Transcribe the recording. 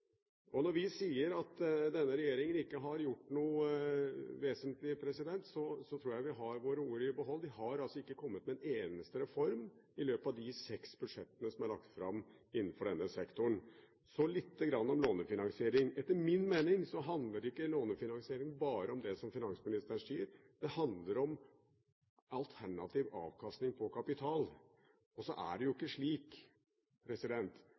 med. Når vi sier at denne regjeringen ikke har gjort noe vesentlig, tror jeg vi har våre ord i behold. De har altså ikke kommet med en eneste reform i løpet av de seks budsjettene som er lagt fram innenfor denne sektoren. Så litt om lånefinansiering. Etter min mening handler ikke lånefinansiering bare om det som finansministeren sier. Det handler om alternativ avkastning på kapital. Så er det jo